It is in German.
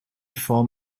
form